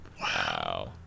Wow